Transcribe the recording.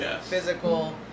physical